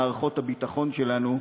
מערכות הביטחון שלנו,